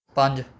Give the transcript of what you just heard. ਪੰਜ